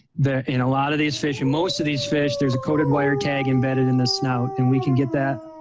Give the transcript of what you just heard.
in a lot of these fish and most of these fish, there's a coded wire tag embedded in the snout. and we can get that,